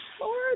Lord